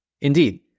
Indeed